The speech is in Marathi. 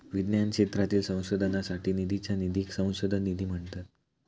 विज्ञान क्षेत्रातील संशोधनासाठी निधीच्या निधीक संशोधन निधी म्हणतत